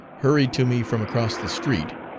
hurried to me from across the street,